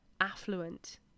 affluent